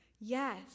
Yes